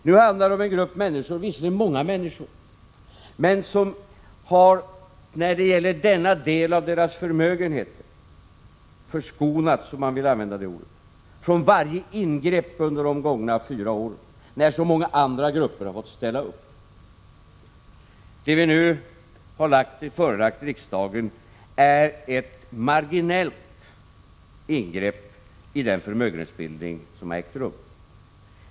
Nu gäller det människor som visserligen är många men som i fråga om denna del av förmögenheten har förskonats, om man vill använda det ordet, från varje ingrepp under de gångna fyra åren, när så många andra grupper har fått ställa upp. Det vi nu har förelagt riksdagen är ett förslag till marginellt ingrepp i den förmögenhetsbildning som ägt rum.